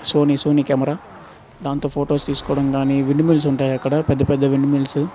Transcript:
Sony Sony camera దాంతో photos తీసుకోవడం కానీ విండ్మిల్స్ ఉంటాయి అక్కడ పెద్ద పెద్ద విండ్మిల్స్